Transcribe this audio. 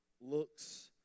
looks